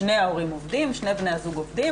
שני בני הזוג עובדים,